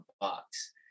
box